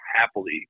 happily